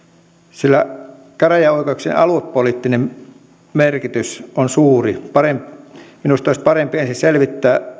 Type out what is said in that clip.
sillä käräjäoikeuksien aluepoliittinen merkitys on suuri minusta olisi parempi ensin selvittää